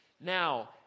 Now